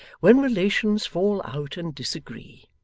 when relations fall out and disagree.